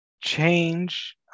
change